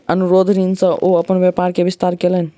अनुरोध ऋण सॅ ओ अपन व्यापार के विस्तार कयलैन